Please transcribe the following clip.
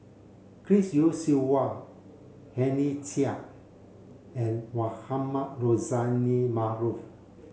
Chris Yeo Siew Hua Henry Chia and Mohamed Rozani Maarof